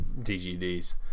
DGDs